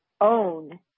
own